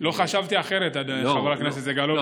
לא חשבתי אחרת, אדוני חבר הכנסת סגלוביץ'.